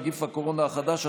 נגיף הקורונה החדש),